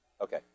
Okay